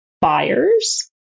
buyers